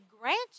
grant